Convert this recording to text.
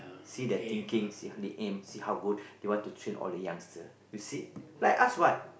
see their thinkings see how they aim see how good they want to train all the youngster you see like us what